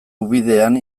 ubidean